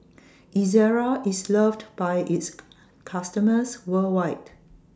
Ezerra IS loved By its customers worldwide